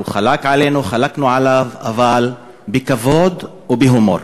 הוא חלק עלינו, חלקנו עליו, אבל בכבוד ובהומור.